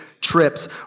trips